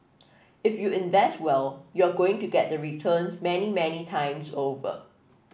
if you invest well you're going to get the returns many many times over